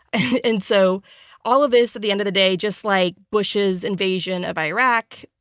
and so all of this at the end of the day, just like bush's invasion of iraq,